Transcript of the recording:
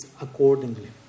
accordingly